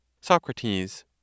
SOCRATES